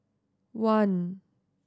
one